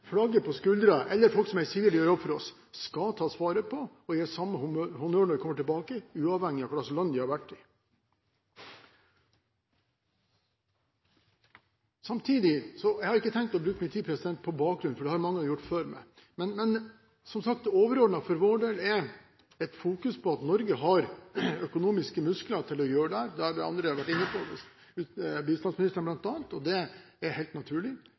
flagget på skulderen, eller folk i sivil, som gjør en jobb for oss, skal tas vare på og gis samme honnør når de kommer tilbake, uavhengig av hva slags land de har vært i. Jeg har ikke tenkt å bruke så mye tid på bakgrunnen, for det har flere gjort før meg, men det overordnede for vår del er å ha fokus på at Norge har økonomiske muskler til å gjøre dette. Andre har vært inne på dette, bl.a. bistandsministeren. Det er helt naturlig.